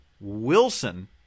Wilson